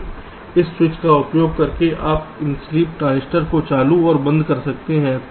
तो इस स्विच का उपयोग करके आप इन स्लीप ट्रांजिस्टर को चालू और बंद कर सकते हैं